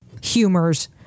humors